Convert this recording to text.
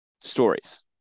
stories